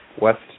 West